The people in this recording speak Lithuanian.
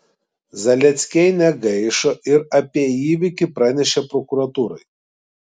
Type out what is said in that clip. zaleckiai negaišo ir apie įvykį pranešė prokuratūrai